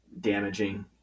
damaging